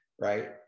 right